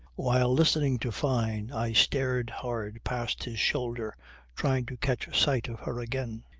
while listening to fyne i stared hard past his shoulder trying to catch sight of her again.